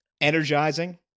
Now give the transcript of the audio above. Energizing